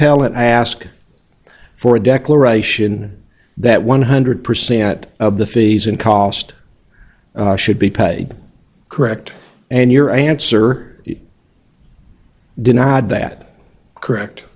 appellant ask for a declaration that one hundred percent of the fees and cost should be paid correct and your answer is denied that correct